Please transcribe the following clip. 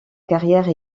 carrière